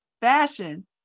fashion